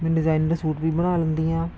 ਮੈਂ designer suit ਵੀ ਬਣਾ ਲੈਂਦੀ ਹਾਂ